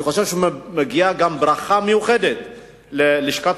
אני חושב שמגיעה ברכה מיוחדת גם ללשכת